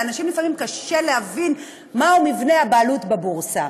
לאנשים לפעמים קשה להבין מהו מבנה הבעלות בבורסה.